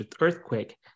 earthquake